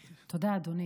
תודה, אדוני.